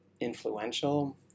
influential